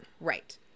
Right